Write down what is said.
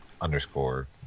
underscore